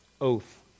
oath